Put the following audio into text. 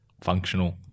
Functional